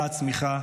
באה הצמיחה.